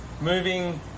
moving